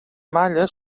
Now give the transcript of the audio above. malla